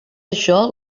això